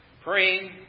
praying